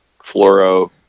fluoro